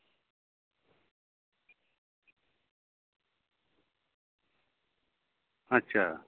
ᱟᱪᱪᱷᱟ